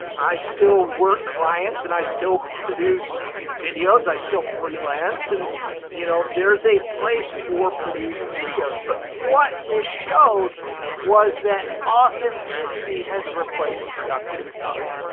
i still work clients and i still produce videos, i still freelance and you know, there's a place for produced videos. but what this showed was that authenticity has replaced production value.